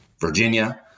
Virginia